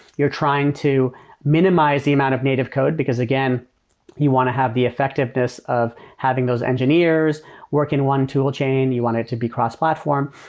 you're trying to minimize the amount of native code, because again you want to have the effectiveness of having those engineers work in one tool chain. you want it to be cross-platform.